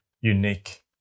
unique